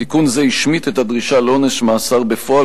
תיקון זה השמיט את הדרישה לעונש מאסר בפועל